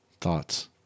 thoughts